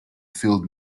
field